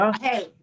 Hey